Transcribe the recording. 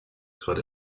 trat